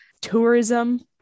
tourism